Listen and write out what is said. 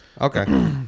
okay